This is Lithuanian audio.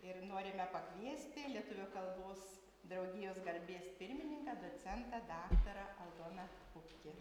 ir norime pakviesti lietuvių kalbos draugijos garbės pirmininką docentą daktarą aldoną pupkį